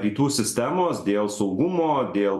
rytų sistemos dėl saugumo dėl